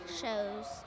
shows